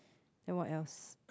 then what else